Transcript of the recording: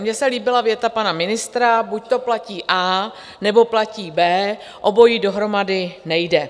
Mně se líbila věta pana ministra: Buďto platí A, nebo platí B, obojí dohromady nejde.